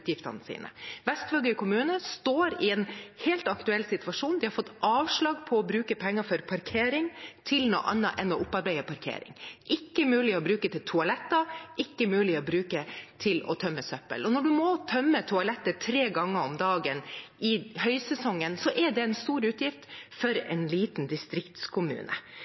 bruke penger for parkering til noe annet enn å opparbeide parkering. Det er ikke mulig å bruke dem på toaletter eller til å tømme søppel. Når man må tømme toalettet tre ganger om dagen i høysesongen, er det en stor utgift for en liten distriktskommune.